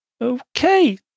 Okay